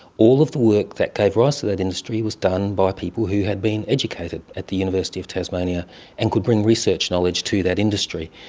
all of the work that gave rise to that industry was done by people who had been educated at the university of tasmania and could bring research knowledge to that industry.